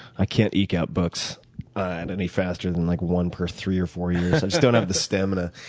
i can't eke out books and any faster than like one per three or four years. i just don't have the stamina.